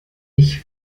nicht